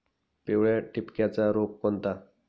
पिवळ्या ठिपक्याचा रोग कोणता?